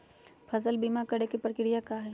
फसल बीमा करे के प्रक्रिया का हई?